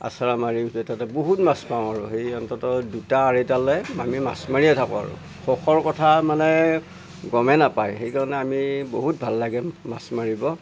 আছাৰা মাৰি উঠি তাতে বহুত মাছ পাওঁ আৰু সেই অন্তত দুটা আঢ়ৈটালৈ আমি মাছ মাৰিয়ে থাকো আৰু সুখৰ কথা মানে গমেই নাপায় সেইকাৰণে আমি বহুত ভাল লাগে মাছ মাৰিব